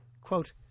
Quote